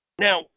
Now